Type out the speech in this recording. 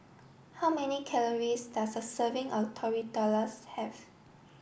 how many calories does a serving of Tortillas have